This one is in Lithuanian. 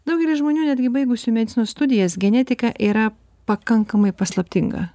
daugeliui žmonių netgi baigusių medicinos studijas genetika yra pakankamai paslaptinga